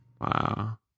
Wow